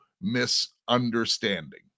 misunderstanding